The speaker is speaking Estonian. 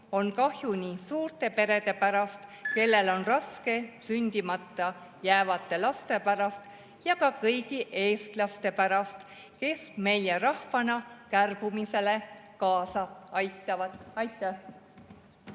on kahju nii suurte perede pärast, kellel on raske sündimata jäävate laste pärast, ja ka kõigi eestlaste pärast, kes meie rahvana kärbumisele kaasa aitavad. Aitäh!